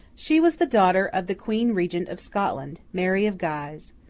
she was the daughter of the queen regent of scotland, mary of guise.